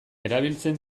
erabiltzen